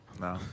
No